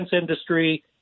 industry